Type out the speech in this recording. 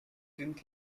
didn’t